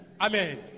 Amen